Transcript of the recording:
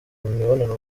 mibonano